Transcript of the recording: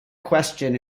question